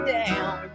down